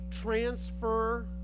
transfer